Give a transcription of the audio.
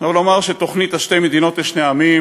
אבל אומר שתוכנית שתי מדינות לשני עמים,